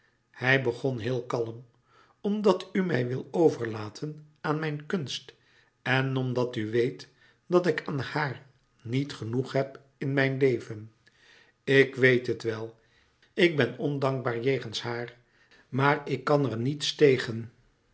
hij begon heel kalm omdat u mij wil overlaten aan mijn kunst en omdat u weet dat ik aan haar niet genoeg heb in mijn leven ik weet het wel ik ben ondankbaar jegens haar maar ik kan er niets tegen